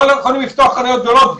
לא יכולים לפתוח חנויות גדולות.